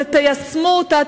ותיישמו אותה,